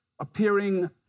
appearing